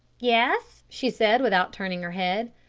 yes, she said without turning her head.